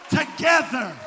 together